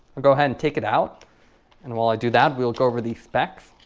i'll go ahead and take it out and while i do that we'll go over the specs.